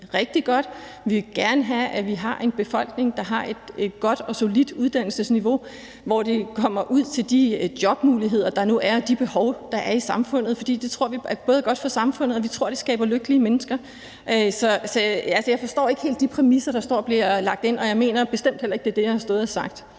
rigtig godt – og vi vil gerne have, at vi har en befolkning, der har et godt og solidt uddannelsesniveau, hvor de kommer ud til de jobmuligheder, der nu er, og de behov, der er i samfundet, for det tror vi er godt for samfundet, og vi tror, det skaber lykkelige mennesker. Så jeg forstår ikke helt de præmisser, der bliver lagt ind, og jeg mener bestemt heller ikke, det er det, jeg har stået og sagt.